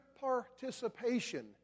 participation